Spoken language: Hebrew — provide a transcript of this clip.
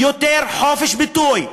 יותר חופש ביטוי,